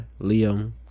Liam